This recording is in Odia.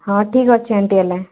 ହଁ ଠିକ୍ ଅଛି ଏମ୍ତି ହେଲେ